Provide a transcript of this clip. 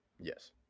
Yes